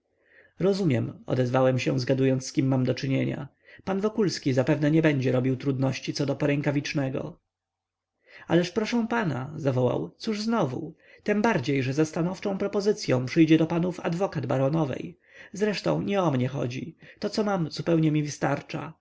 rozumiem odezwałem się zgadując z kim mam do czynienia pan wokulski zapewne nie będzie robił trudności co do porękawicznego ależ proszę pana zawołał cóż znowu tembardziej że ze stanowczą propozycyą przyjdzie do panów adwokat baronowej zresztą nie o mnie chodzi to co mam zupełnie mi wystarcza